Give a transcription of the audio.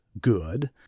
good